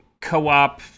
co-op